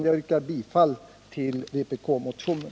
Jag yrkar bifall till vpk-motionen.